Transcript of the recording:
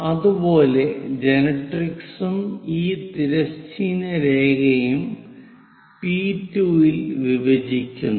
അതുപോലെ ജനറാട്രിക്സും ഈ തിരശ്ചീന രേഖയും പി2 ൽ വിഭജിക്കുന്നു